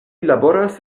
laboras